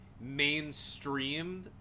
mainstream